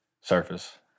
surface